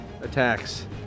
attacks